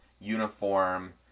uniform